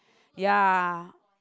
ya